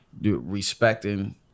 respecting